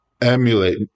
emulate